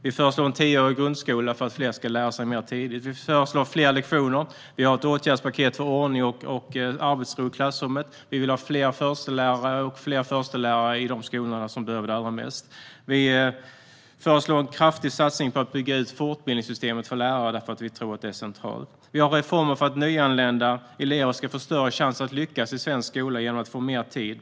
Vi föreslår en tioårig grundskola för att fler ska lära sig mer tidigt. Vi föreslår fler lektioner. Vi föreslår åtgärdspaket för ordning och arbetsro i klassrummet. Vi vill ha fler förstelärare i de skolor som behöver det allra mest. Vi föreslår en kraftig satsning på att bygga ut fortbildningssystemet för lärare, därför att vi tror att det är centralt. Vi föreslår reformer för att nyanlända elever ska få större chans att lyckas i svensk skola genom att få mer tid.